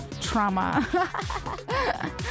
trauma